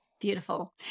Beautiful